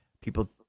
People